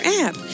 app